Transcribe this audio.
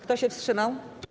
Kto się wstrzymał?